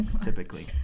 typically